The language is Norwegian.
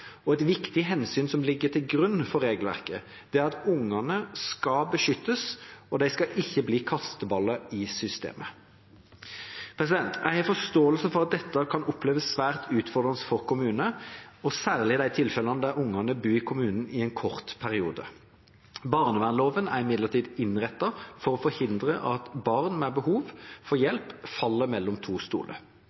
Et viktig hensyn som ligger til grunn for regelverket, er at ungene skal beskyttes, og de skal ikke bli kasteballer i systemet. Jeg har forståelse for at dette kan oppleves svært utfordrende for kommunene, og særlig i de tilfellene der ungene bor i kommunen i en kort periode. Barnevernsloven er imidlertid innrettet for å forhindre at barn med behov for hjelp faller mellom to stoler.